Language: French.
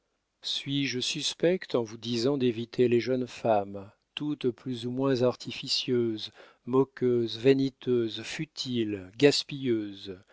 suis-je suspecte en vous disant d'éviter les jeunes femmes toutes plus ou moins artificieuses moqueuses vaniteuses futiles gaspilleuses